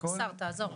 השר תעזור.